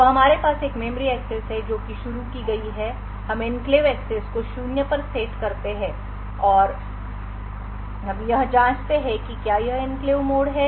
तो हमारे पास एक मेमोरी एक्सेस है जो कि शुरू की गई है हम एन्क्लेव एक्सेस को शून्य पर सेट करते हैं हम यह जांचते हैं कि क्या यह एन्क्लेव मोड है